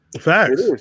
Facts